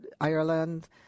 Ireland